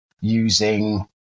using